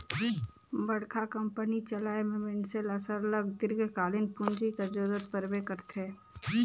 बड़का कंपनी चलाए में मइनसे ल सरलग दीर्घकालीन पूंजी कर जरूरत परबे करथे